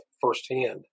firsthand